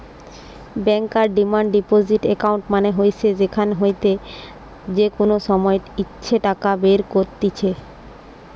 বেঙ্কর demand deposit account মানে হইসে যেখান হইতে যে কোনো সময় ইচ্ছে টাকা বের কত্তিছে